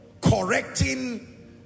correcting